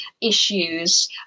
issues